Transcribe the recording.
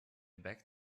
back